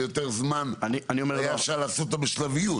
יותר זמן ואפשר היה לעשות אותן בשלבים.